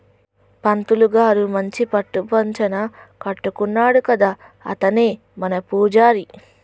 పంతులు గారు మంచి పట్టు పంచన కట్టుకున్నాడు కదా అతనే మన పూజారి